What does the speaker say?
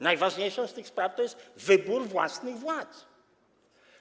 Najważniejszą z tych spraw jest wybór własnych władz.